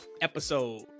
episode